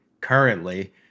currently